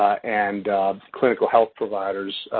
and clinical health providers.